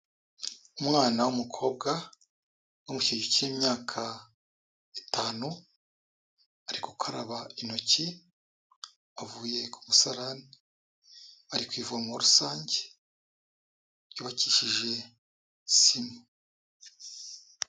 Umwana w'umukobwa wo mu kigero cy'imyaka itanu, ari gukaraba intoki, avuye ku musarani, ari ku ivumo rusange ryubakishije sima.